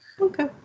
Okay